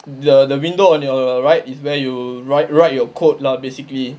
the the window on your right is where you write write your code lah basically